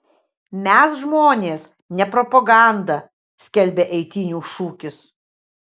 mes žmonės ne propaganda skelbia eitynių šūkis